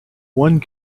one